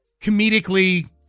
comedically